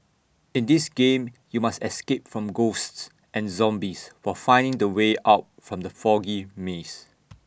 in this game you must escape from ghosts and zombies while finding the way out from the foggy maze